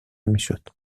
میشد